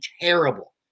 terrible